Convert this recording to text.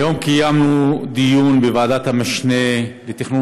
היום קיימנו דיון בוועדת המשנה לתכנון